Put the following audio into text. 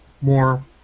more